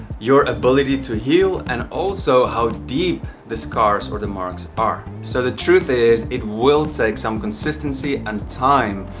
your ability to heal and also how deep the scars or the marks are. so the truth is it will take some consistency and time.